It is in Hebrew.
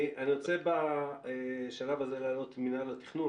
אני רוצה בשלב הזה להעלות את מנהל התכנון.